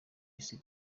isi